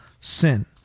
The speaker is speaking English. sin